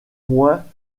moins